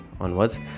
onwards